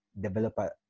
developer